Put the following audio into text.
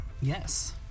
yes